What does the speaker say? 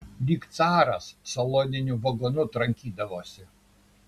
lyg caras saloniniu vagonu trankydavosi